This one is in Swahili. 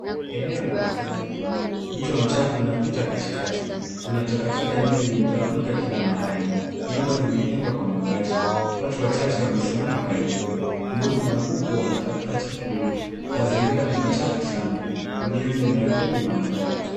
Eneo la makazi duni. Mto mchafu unapita katikati. Kuna takataka nyingi zimetawanyika kila mahali. Nyumba zimejengwa kwa mabati. Watu wachache wamesimama karibu. Mbuzi na kuku wanatafuta chakula. Mazingira ni machafu sana. Ujenzi umeathiri mandhari.